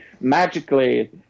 magically